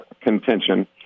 contention